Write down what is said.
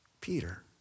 Peter